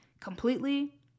completely